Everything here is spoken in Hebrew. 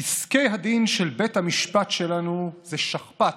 פסקי הדין של בית המשפט שלנו הם שכפ"ץ,